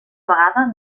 vegada